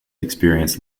experienced